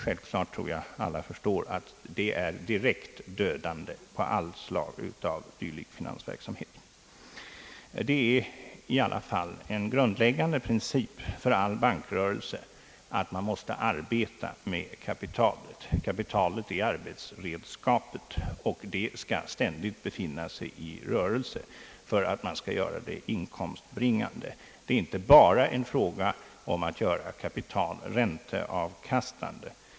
Jag tror att alla förstår att det skulle vara direkt dödande för allt slag av dylik finansverksamhet. Det är en grundläggande princip för all bankrörelse att man måste arbeta med kapitalet. Kapitalet är arbetsredskapet och det skall ständigt befinna sig i rörelse för att man skall kunna göra det inkomstbringande. Det är inte bara en fråga om att göra ett kapital ränteavkastande.